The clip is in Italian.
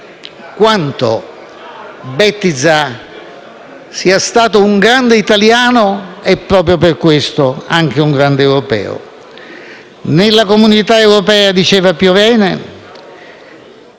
quanto Bettiza sia stato un grande italiano e, proprio per questo, anche un grande europeo. Nella comunità europea - diceva Piovene